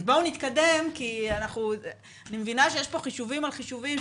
אני מבינה שיש פה חישובים על חישובים,